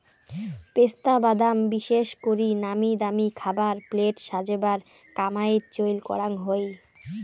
পেস্তা বাদাম বিশেষ করি নামিদামি খাবার প্লেট সাজেবার কামাইয়ত চইল করাং হই